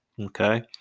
Okay